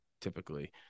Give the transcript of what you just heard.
typically